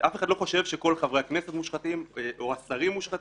אף אחד לא חושב שכל חברי הכנסת מושחתים או השרים מושחתים,